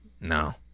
No